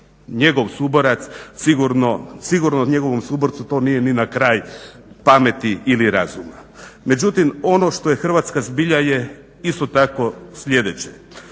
njegov suborac sigurno njegovom suborcu to nije ni na kraj pameti ili razuma. Međutim ono što je Hrvatska zbilja je isto tako sljedeće.